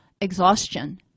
exhaustion